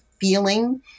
feeling